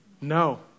no